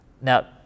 Now